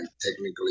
technically